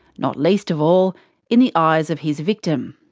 not least of all in the eyes of his victim.